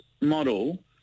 model